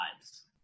lives